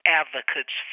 advocates